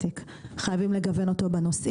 חייבים לגוון אותו בסוג האוכלוסייה.